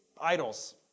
idols